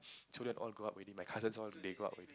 children all grow up already my cousins all they grow up already